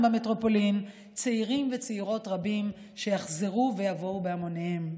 במטרופולין צעירים וצעירות רבים שיחזרו ויבואו בהמוניהם.